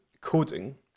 coding